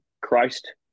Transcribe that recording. Christ